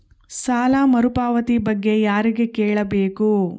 ಸಾಲ ಮರುಪಾವತಿ ಬಗ್ಗೆ ಯಾರಿಗೆ ಕೇಳಬೇಕು?